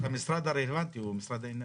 המשרד הרלוונטי הוא משרד האנרגיה.